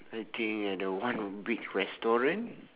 I think at the one big restaurant